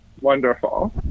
wonderful